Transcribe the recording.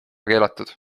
keelatud